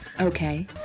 Okay